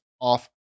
Off